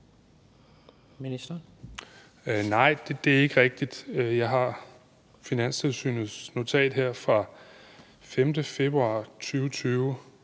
Bek): Nej, det er ikke rigtigt. Jeg har Finanstilsynets notat fra den 5. februar 2020